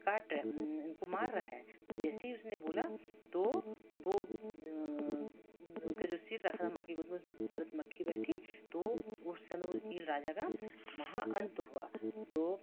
काट रहे उनको मार रहा है तो जैसे ही उसने बोला तो वह उनका जो सिर रखा था माँ की गोद में उसमें से तुरन्त मक्खी बैठी तो वो समय वो ईल राजा का वहाँ अंत हुआ तो